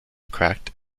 cracked